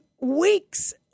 weeks